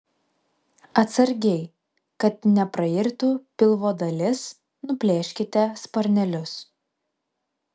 atsargiai kad neprairtų pilvo dalis nuplėškite sparnelius